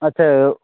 আচ্ছা এও